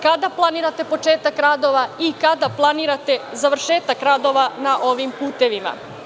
Kada planirate početak radova i kada planirate završetak radova na ovim putevima?